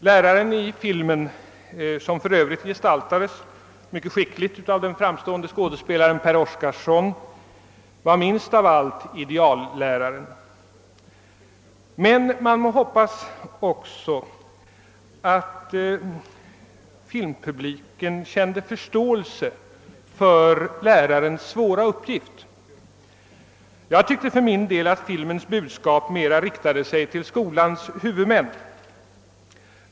Läraren i filmen, som för övrigt gestaltades mycket skickligt av den framstående skådespelaren Per Oscarsson, var minst av allt idealläraren. Men man hoppas också att filmpubliken kände förståelse för lärarens svåra uppgift. Jag tyckte för min del att filmens budskap mera riktade sig till skolans huvudmän.